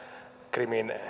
krimin